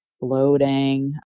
bloating